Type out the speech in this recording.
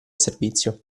servizio